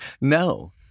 no